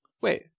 wait